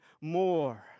more